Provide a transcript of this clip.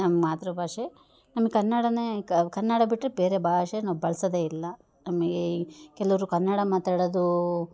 ನಮ್ಮ ಮಾತೃ ಭಾಷೆ ನಮ್ಮ ಕನ್ನಡವೇ ಕನ್ನಡ ಬಿಟ್ರೆ ಬೇರೆ ಭಾಷೆ ನಾವು ಬಳ್ಸೋದೇ ಇಲ್ಲ ನಮಗೆ ಕೆಲವರು ಕನ್ನಡ ಮಾತಾಡೋದು